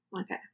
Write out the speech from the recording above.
Okay